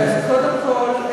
קודם כול,